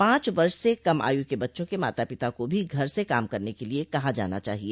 पाँच वर्ष से कम आयू के बच्चों के माता पिता को भी घर से काम करने के लिए कहा जाना चाहिए